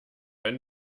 wenn